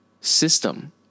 system